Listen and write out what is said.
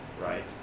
right